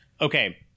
Okay